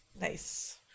Nice